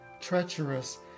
treacherous